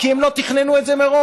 כי הם לא תכננו את זה מראש.